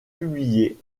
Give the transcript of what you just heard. publiée